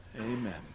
Amen